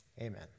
Amen